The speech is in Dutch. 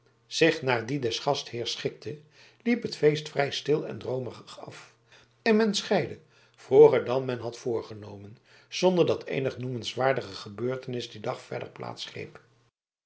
zich naar die des gastheers schikte liep het feest vrij stil en droomerig af en men scheidde vroeger dan men had voorgenomen zonder dat eenig noemenswaardige gebeurtenis dien dag verder plaats greep